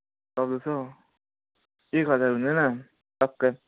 चौध सय एक हजार हुँदैन टक्कै